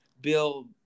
Bill